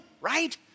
Right